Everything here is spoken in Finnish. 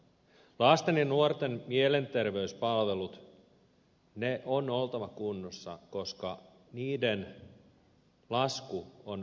lasten ja nuorten mielenterveyspalvelujen on oltava kunnossa koska niiden lasku on huomisen säästö